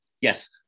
Yes